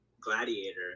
Gladiator